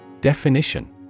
Definition